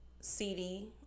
CD